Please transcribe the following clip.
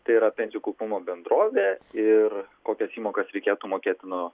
tai yra pensijų kaupimo bendrovė ir kokias įmokas reikėtų mokėti nuo